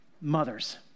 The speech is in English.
mothers